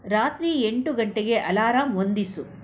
ರಾತ್ರಿ ಎಂಟು ಗಂಟೆಗೆ ಅಲಾರಾಮ್ ಹೊಂದಿಸು